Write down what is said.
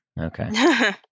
Okay